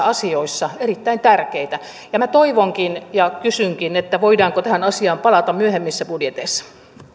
näissä asioissa erittäin tärkeitä minä toivonkin ja kysynkin voidaanko tähän asiaan palata myöhemmissä budjeteissa